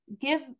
give